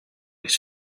was